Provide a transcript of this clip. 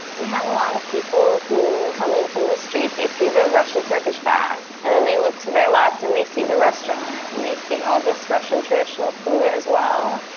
have a lot of people who come in from the street. they see the russian-turkish bath, and then they look to their left, and they see the restaurant, and they see all this russian traditional food, as well.